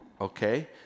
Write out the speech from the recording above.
Okay